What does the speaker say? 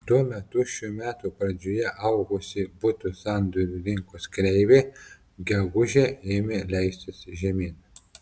tuo metu šių metų pradžioje augusi butų sandorių rinkos kreivė gegužę ėmė leistis žemyn